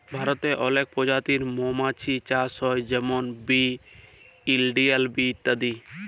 ভারতে অলেক পজাতির মমাছির চাষ হ্যয় যেমল রক বি, ইলডিয়াল বি ইত্যাদি